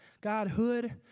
Godhood